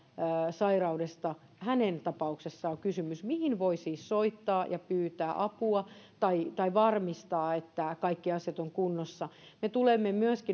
sairaudesta hänen tapauksessaan on kysymys mihin voi siis soittaa ja pyytää apua tai tai varmistaa että kaikki asiat ovat kunnossa me tulemme